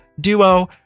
duo